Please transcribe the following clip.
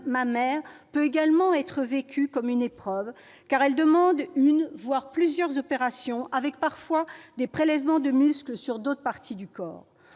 mammaire peut également être vécue comme une épreuve, car elle demande une opération, voire plusieurs, avec parfois des prélèvements de muscles sur d'autres parties du corps.